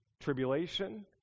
tribulation